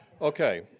Okay